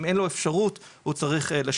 אם אין לו אפשרות הוא צריך לשלם.